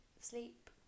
sleep